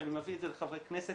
כשאני מביא את זה לחברי הכנסת,